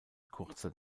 kurzer